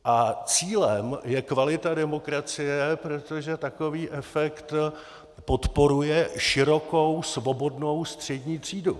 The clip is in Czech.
A cílem je kvalita demokracie, protože takový efekt podporuje širokou svobodnou střední třídu.